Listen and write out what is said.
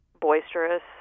boisterous